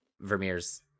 Vermeer's